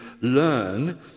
learn